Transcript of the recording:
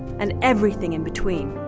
and everything in between.